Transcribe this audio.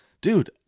dude